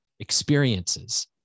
experiences